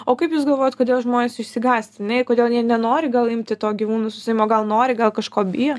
o kaip jūs galvojat kodėl žmonės išsigąsta a ne ir kodėl jie nenori gal imti to gyvūno su savim o gal nori gal kažko bijo